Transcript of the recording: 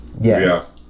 Yes